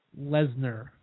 Lesnar